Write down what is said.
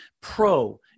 pro